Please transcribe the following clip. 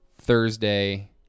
Thursday